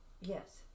Yes